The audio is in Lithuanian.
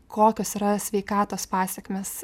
kokios yra sveikatos pasekmės